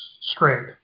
straight